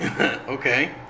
Okay